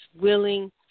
willing